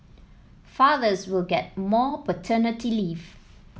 fathers will get more paternity leave